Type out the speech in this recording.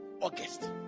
August